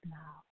now